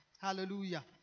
Hallelujah